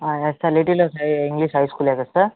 yes sir little rose English high school ఏ కదా sir